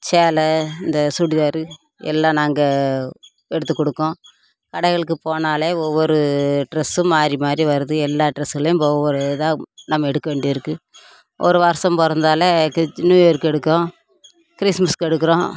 சேலை இந்த சுடிதார் எல்லாம் நாங்கள் எடுத்து கொடுக்கோம் கடைகளுக்கு போனால் ஒவ்வொரு ட்ரெஸ்ஸும் மாறி மாறி வருது எல்லா ட்ரெஸ்ஸுகளையும் ஒவ்வொரு இதாக நம்ம எடுக்க வேண்டி இருக்குது ஒரு வருடம் பிறந்தாலே நியூயர்க்கு எடுக்கோம் கிறிஸ்மஸ்க்கு எடுக்கிறோம்